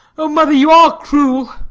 o mother, you are cruel.